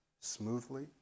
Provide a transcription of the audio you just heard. smoothly